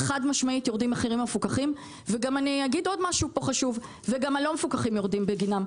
חד משמעית יורדים המחירים המפוקחים וגם הלא מפוקחים יורדים בגינם.